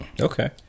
Okay